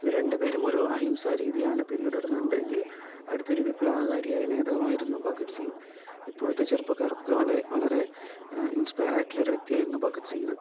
ഇവർ രണ്ട് പേരും ഒരു അംഹിംസാ രീതിയാണ് പിന്തുടർന്നു എന്നുണ്ടെങ്കിൽ അടുത്തൊരു വിപ്ലവകാരിയായ നേതാവായിരുന്നു ഭഗത് സിങ്ങ് ഇപ്പോഴത്തെ ചെറുപ്പക്കാർക്ക് ഒക്കെ വളരെ ഇൻസ്പയറായിട്ടുള്ളൊരു വ്യക്തിയായിരുന്നു ഭഗത് സിങ്ങ്